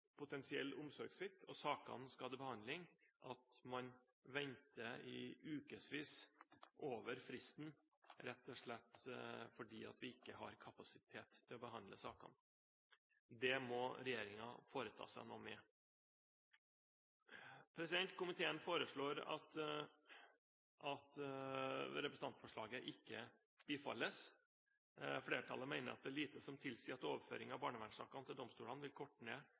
potensiell omsorgssvikt og sakene skal til behandling, at man venter i ukevis over fristen, rett og slett fordi at vi ikke har kapasitet til å behandle sakene. Det må regjeringen foreta seg noe med. Komiteen foreslår at representantforslaget ikke bifalles. Flertallet mener at det er lite som tilsier at overføring av barnevernssakene til domsstolene vil korte ned